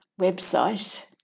website